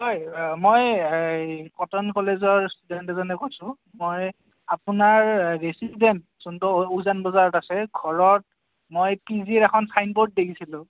হয় মই এই কটন কলেজৰ ষ্টুডেণ্ট এজনে কৈছোঁ মই আপোনাৰ ৰেচিডেন্ট যোনটো উজান বজাৰত আছে ঘৰত মই পি জিৰ এখন চাইন বৰ্ড দেখিছিলোঁ